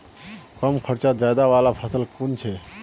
कम खर्चोत ज्यादा फायदा वाला फसल की छे?